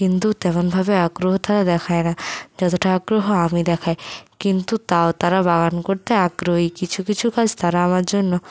কিন্তু তেমন ভাবে আগ্রহটা তারা দেখায় না যতটা আগ্রহ আমি দেখাই কিন্তু তাও তারা বাগান করতে আগ্রহী কিছু কিছু কাজ তারা আমার জন্য